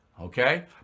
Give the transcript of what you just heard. Okay